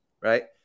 right